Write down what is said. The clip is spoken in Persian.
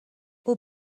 اون